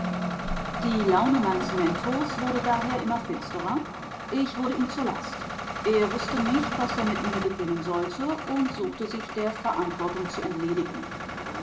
die laune meines mentors wurde daher immer finsterer ich wurde ihm zur last er wußte nicht was er mit mir beginnen sollte und suchte sich der verantwortung zu entledigen